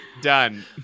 done